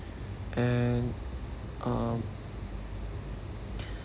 and um